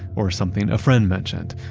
or something a friend mentioned,